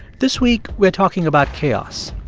this week, we're talking about chaos,